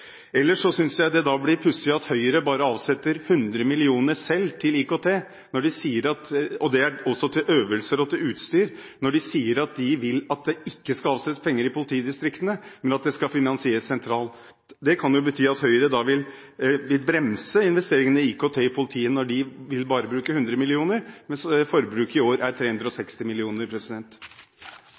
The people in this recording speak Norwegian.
Ellers synes jeg det blir pussig at Høyre bare avsetter 100 mill. kr til IKT – det er også til øvelser og til utstyr – når de sier at de ikke vil at det skal avsettes penger i politidistriktene, men at det skal finansieres sentralt. Det kan jo bety at Høyre vil bremse investeringene i IKT i politiet når de bare vil bruke 100 mill. kr, mens forbruket i år er 360